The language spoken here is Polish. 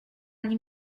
nim